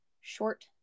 short